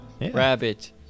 Rabbit